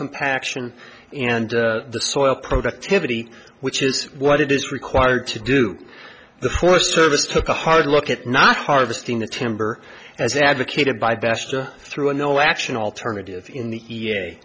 compaction and soil productivity which is what it is required to do the forest service took a hard look at not harvesting the timber as advocated by bashed through a no action alternative in the